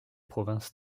province